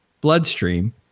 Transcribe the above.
bloodstream